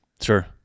Sure